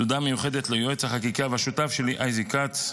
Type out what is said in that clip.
תודה מיוחדת ליועץ החקיקה והשותף שלי אייזק כ"ץ.